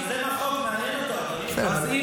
יוזם החוק, מעניין אותו, אדוני.